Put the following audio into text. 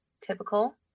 typical